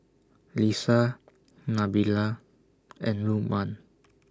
Lisa Nabila and Lukman